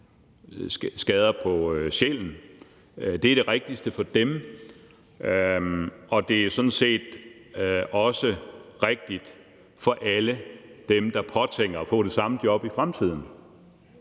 skader på sjælen. Det er det rigtigste for dem, og det er sådan set også rigtigt for alle dem, der påtænker at få det samme job i fremtiden.